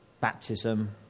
baptism